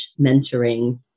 mentoring